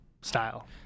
style